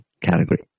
category